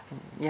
mm yeah